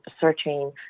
searching